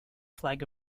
flag